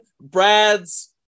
Brad's